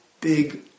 big